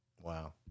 Wow